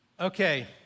Okay